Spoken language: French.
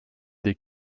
des